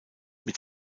mit